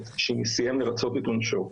שסיים לרצות את עונשו,